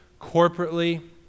Corporately